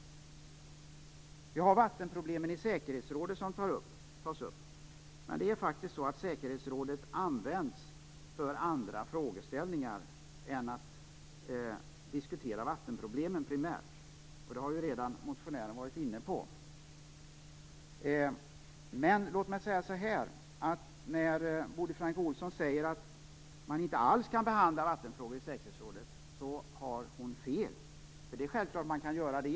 Vidare tas frågan upp om man i säkerhetsrådet skall diskutera vattenproblemen. Säkerhetsrådet används faktiskt för andra frågor än vattenproblemen primärt, vilket motionären redan har varit inne på. När Bodil Francke Ohlsson säger att man inte alls kan behandla vattenfrågor i säkerhetsrådet har hon fel. Det är självklart att man kan göra det.